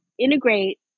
Integrate